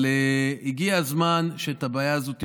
הגיע הזמן שאת הבעיה הזו תפתרו.